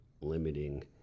limiting